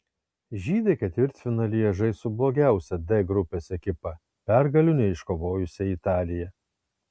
žydai ketvirtfinalyje žais su blogiausia d grupės ekipa pergalių neiškovojusia italija